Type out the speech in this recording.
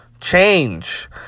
change